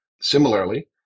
Similarly